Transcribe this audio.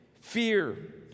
fear